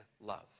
love